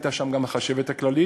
הייתה גם החשבת הכללית.